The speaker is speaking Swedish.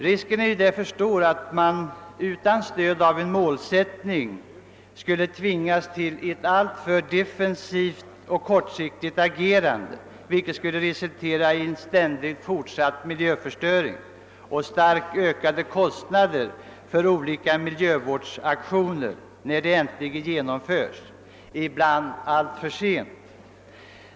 Risken är stor att man utan stöd av en målsättning tvingas till ett alltför defensivt och kortsiktigt agerande, vilket skulle resultera i en ständigt fortsatt miljöförstöring och starkt ökade kostnader för olika miljövårdsaktioner när de äntligen genomförs, ibland alltför sent.